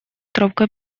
тропка